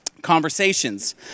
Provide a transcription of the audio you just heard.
conversations